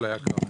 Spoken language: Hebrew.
כהפליה כאמור.